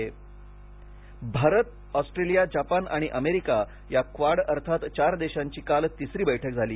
Jaishankar Bharat Australia Japan आणि America या Quad अर्थात चार देशांची काल तिसरी बैठक झाली